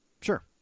Sure